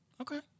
okay